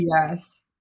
yes